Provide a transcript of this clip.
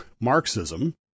Marxism